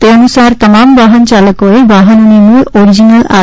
તે અનુસાર તમામ વાહનચાલકોએ વાહનોની મૂળ ઓરીજીનલ આર